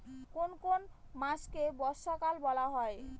কোন কোন মাসকে বর্ষাকাল বলা হয়?